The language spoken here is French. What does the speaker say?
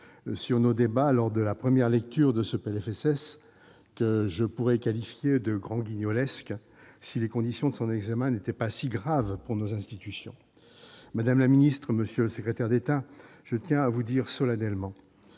sur nos débats lors de la première lecture de ce PLFSS, que je pourrais qualifier de « grand-guignolesque » si les conditions de son examen n'étaient pas si graves pour nos institutions. Très juste ! Madame la ministre, monsieur le secrétaire d'État, je tiens à vous le dire solennellement